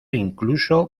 incluso